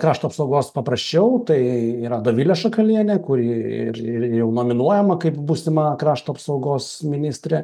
krašto apsaugos paprasčiau tai yra dovilė šakalienė kuri ir jau nominuojama kaip būsima krašto apsaugos ministrė